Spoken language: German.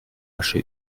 asche